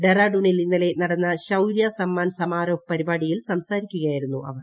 ഡെറാഡൂണിൽ ഇന്നലെ നടന്ന ശൌരൃ സമ്മാൻ സമാരോഹ് പരിപാടിയിൽ സംസാരിക്കുകയായിരുന്നു അവർ